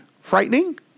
frightening